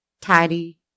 tidy